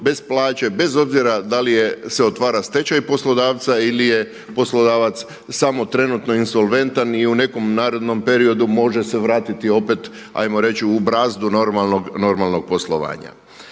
bez plaće, bez obzira da li se otvara stečaj poslodavca ili je poslodavac samo trenutno insolventan i u nekom narednom periodu može se vratiti opet ajmo reći u brazdu normalnog poslovanja.